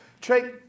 Trey